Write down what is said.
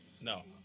No